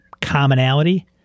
commonality